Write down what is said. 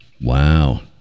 Wow